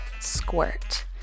Squirt